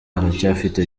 aracyafite